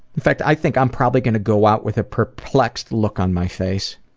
in fact i think i'm probably gunna go out with a perplexed look on my face.